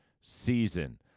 season